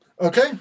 Okay